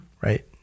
Right